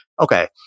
okay